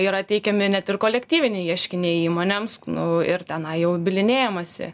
yra teikiami net ir kolektyviniai ieškiniai įmonėms nu ir tenai jau bylinėjamasi